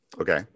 Okay